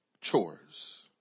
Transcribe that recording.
chores